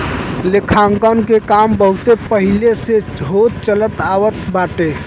लेखांकन के काम बहुते पहिले से होत चलत आवत बाटे